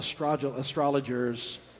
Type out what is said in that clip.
astrologers